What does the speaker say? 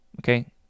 Okay